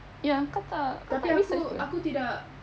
tapi aku aku tidak